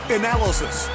analysis